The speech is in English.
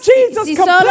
Jesus